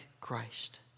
Christ